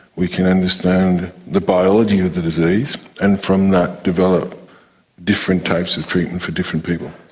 we can understand the biology of the disease and from that develop different types of treatment for different people.